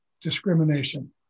discrimination